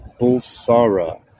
Bulsara